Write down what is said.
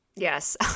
Yes